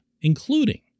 including